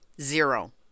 zero